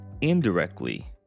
indirectly